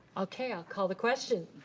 okay, i'll call the question.